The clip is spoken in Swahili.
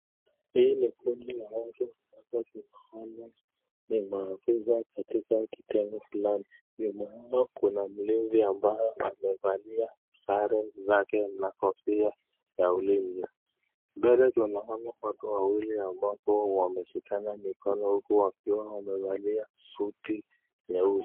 Hii ni kundi la watu ambao tunaona ni mafisa wa katika kitengo fulani. Nyuma yao kuna mlinzi ambaye amevalia sare zake na kofia ya ulinzi. Mbele tunaona watu wawili ambao wameshikana mikono huku wakiwa wamevalia suti nyeusi.